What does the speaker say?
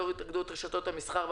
יושב-ראש התאגדות רשתות המסחר,